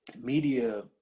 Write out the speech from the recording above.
Media